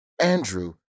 Andrew